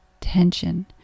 tension